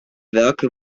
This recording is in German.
werke